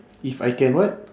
if I can what